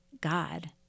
God